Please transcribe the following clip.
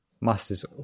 master's